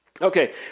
Okay